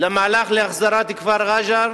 המהלך להחזרת כפר רג'ר,